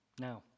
Now